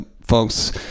folks